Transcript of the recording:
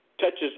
touches